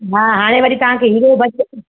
हा हाणे वरी तव्हांखे हीरो बचाइण